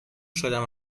شدم